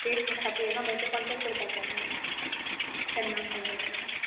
date सांगपा खातीर हे नंबराचेर कॉण्टॅक्ट करपाचें न्हय केन्ना वचपाक जाय तें